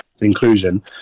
inclusion